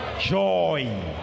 joy